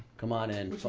come on in.